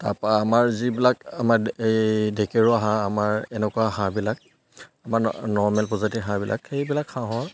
তাপা আমাৰ যিবিলাক আমাৰ এই ডেকেৰুৱা হাঁহ আমাৰ এনেকুৱা হাঁহবিলাক আমাৰ নৰ্মেল প্ৰজাতিৰ হাঁহবিলাক সেইবিলাক হাঁহৰ